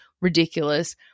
ridiculous